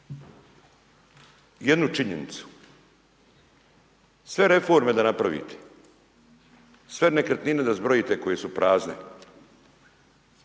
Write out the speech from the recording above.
jednu činjenicu. Sve reforme da napravite, sve nekretnine da zbrojite koje su prazne,